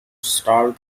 starve